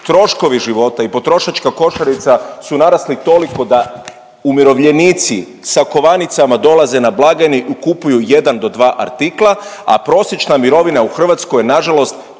troškovi života i potrošačka košarica su narasli toliko da umirovljenici sa kovanicama dolaze na blagajne i kupuju jedan do dva artikla, a prosječna mirovina u Hrvatskoj je nažalost